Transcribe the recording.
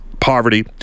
poverty